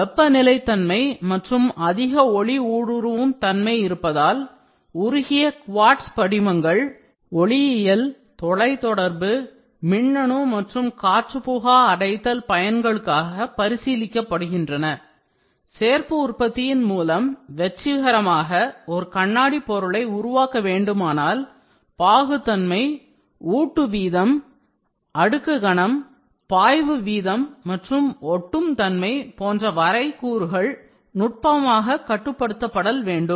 வெப்ப நிலைத்தன்மை மற்றும் அதிக ஒளி ஊடுருவும் தன்மை இருப்பதால் உருகிய குவார்ட்ஸ் படிகங்கள் ஒளியியல் தொலைதொடர்பு மின்னணு மற்றும் காற்றுப்புகா அடைத்தல் பயன்களுக்காக பரிசீலிக்கபடுகின்றன சேர்ப்பு உற்பத்தியின் மூலம் வெற்றிகரமாக ஒரு கண்ணாடி பொருளை உருவாக்க வேண்டுமானால் பாகு தன்மை ஊட்டு வீதம் அடுக்கு கனம் layer thickness பாய்வு வீதம் மற்றும் ஒட்டும் தன்மை போன்ற வரைகூறுகள் நுட்பமாக கட்டுப்படுத்தப்படல் வேண்டும்